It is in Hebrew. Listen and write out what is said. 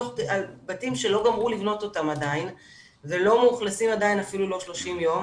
על בתים שלא גמרו לבנות אותם עדיין ולא מאוכלסים עדיין אפילו לא 30 יום